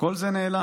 כל זה נעלם.